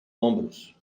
ombros